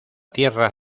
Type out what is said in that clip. tierra